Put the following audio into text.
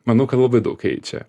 manau kad labai daug keičia